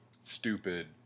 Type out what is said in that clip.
stupid